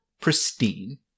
pristine